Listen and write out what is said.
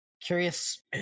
Curious